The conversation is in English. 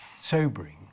sobering